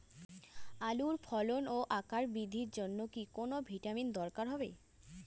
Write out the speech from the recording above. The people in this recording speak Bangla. আলুর ফলন ও আকার বৃদ্ধির জন্য কি কোনো ভিটামিন দরকার হবে?